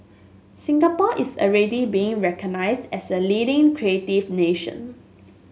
Singapore is already being recognised as a leading creative nation